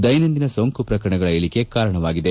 ದೈನಂದಿನ ಸೋಂಕು ಪ್ರಕರಣಗಳ ಇಳಿಕೆಗೆ ಕಾರಣವಾಗಿದೆ